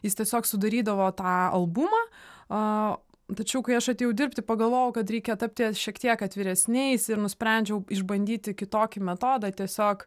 jis tiesiog sudarydavo tą albumą a tačiau kai aš atėjau dirbti pagalvojau kad reikia tapti šiek tiek atviresniais ir nusprendžiau išbandyti kitokį metodą tiesiog